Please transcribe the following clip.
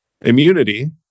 immunity